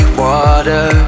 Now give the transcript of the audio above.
water